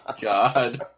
god